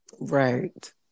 Right